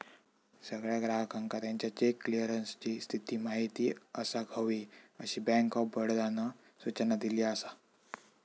सगळ्या ग्राहकांका त्याच्या चेक क्लीअरन्सची स्थिती माहिती असाक हवी, अशी बँक ऑफ बडोदानं सूचना दिली असा